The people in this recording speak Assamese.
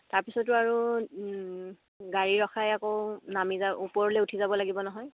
তাৰপিছতো আৰু গাড়ী ৰখাই আকৌ নামি যা ওপৰলে উঠি যাব লাগিব নহয়